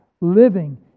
living